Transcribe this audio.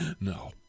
No